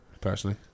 personally